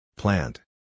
Plant